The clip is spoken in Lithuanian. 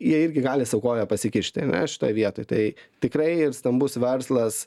jie irgi gali sau koją pasikišti ane šitoj vietoj tai tikrai ir stambus verslas